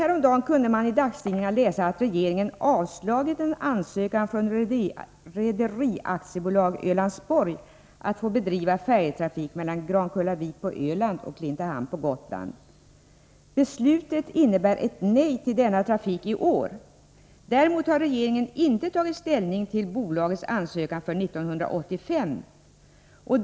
Häromdagen kunde man i dagstidningarna läsa att regeringen avslagit en ansökan från Rederi AB Ölandsborg om att få bedriva färjetrafik mellan Grankullavik på Öland och Klintehamn på Gotland. Beslutet innebär ett nej till den trafiken i år. Däremot har regeringen inte tagit ställning till bolagets ansökan avseende trafiken under 1985.